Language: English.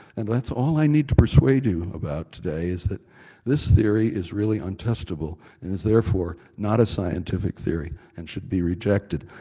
and that's all i need to persuade you about today, is that this theory is really untestable, and is therefore not a scientific theory, and should be rejected.